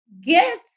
get